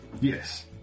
Yes